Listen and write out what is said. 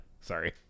Sorry